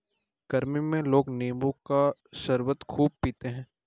गरमी में लोग नींबू का शरबत खूब पीते है